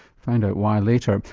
find out why later.